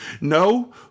no